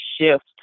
shift